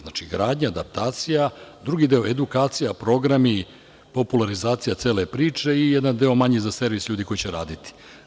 Znači gradnja, adaptacija, drugi deo je edukacija, programi popularizacije cele priče i jedan deo manji je za servis ljudi koji će raditi.